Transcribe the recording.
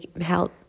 help